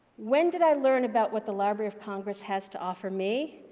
when did i learn about what the library of congress has to offer me?